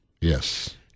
Yes